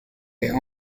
their